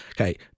okay